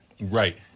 Right